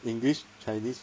english chinese